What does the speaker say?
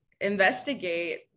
investigate